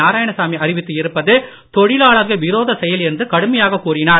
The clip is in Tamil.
நாராயணசாமி அறிவித்து இருப்பது தொழிலாளர்கள் விரோத செயல் என்று கடுமையாக கூறினார்